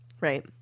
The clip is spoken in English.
right